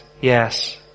yes